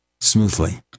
smoothly